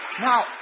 Now